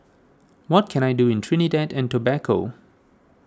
what can I do in Trinidad and Tobago